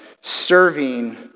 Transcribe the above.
serving